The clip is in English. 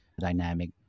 dynamic